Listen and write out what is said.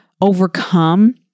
overcome